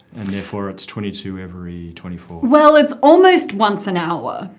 and therefore, it's twenty two every twenty four. well, it's almost once an hour.